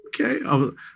okay